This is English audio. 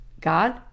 God